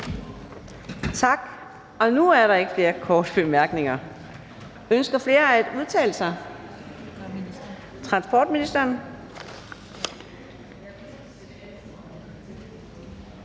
Tak. Nu er der ikke flere korte bemærkninger. Ønsker flere at udtale sig? Transportministeren.